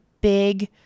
big